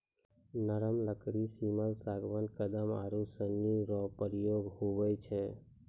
नरम लकड़ी सिमल, सागबान, कदम आरू सनी रो प्रयोग हुवै छै